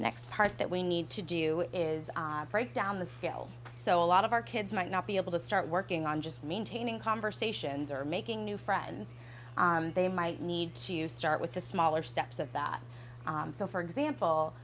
next part that we need to do is break down the scale so a lot of our kids might not be able to start working on just maintaining conversations or making new friends they might need to start with the smaller steps of that so for example